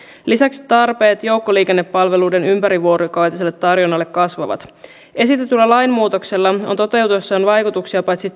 lisäksi tarpeet joukkoliikennepalveluiden ympärivuorokautiselle tarjonnalle kasvavat esitetyllä lainmuutoksella on toteutuessaan vaikutuksia paitsi